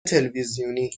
تلویزیونی